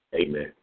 Amen